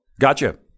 Gotcha